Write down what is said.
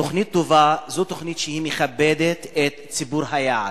תוכנית טובה זו תוכנית שמכבדת את ציבור היעד.